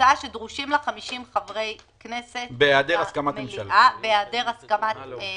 הצעה שדרושים לה 50 חברי כנסת במליאה בהיעדר הסכמת ממשלה.